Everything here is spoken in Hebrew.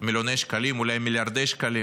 מיליוני שקלים, אולי מיליארדי שקלים,